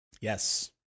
Yes